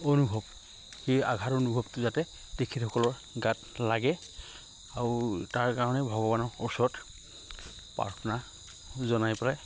অনুভৱ সেই আঘাত অনুভৱটো যাতে তেখেতসকলৰ গাত লাগে আৰু তাৰ কাৰণে ভগৱানৰ ওচৰত প্ৰাৰ্থনা জনাই পেলাই